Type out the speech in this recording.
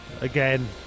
Again